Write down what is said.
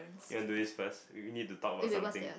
you want do this first we need to talk about something